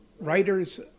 writers